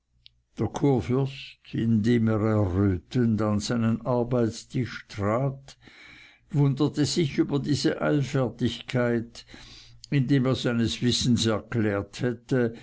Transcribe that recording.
indem er errötend an seinen arbeitstisch trat wunderte sich über diese eilfertigkeit indem er seines wissens erklärt hätte